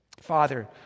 father